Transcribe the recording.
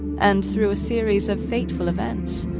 and through a series of fateful events,